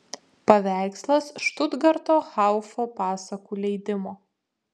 paveikslas štutgarto haufo pasakų leidimo